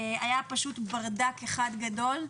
היה פשוט ברדק אחד גדול.